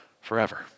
forever